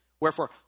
Wherefore